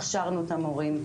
הכשרנו את המורים,